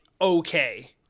okay